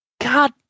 God